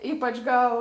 ypač gal